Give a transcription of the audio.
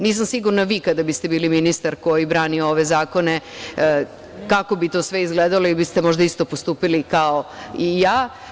Nisam sigurna vi kada biste bili ministar koji brani ove zakone kako bi to sve izgledalo ili biste možda isto postupili kao i ja.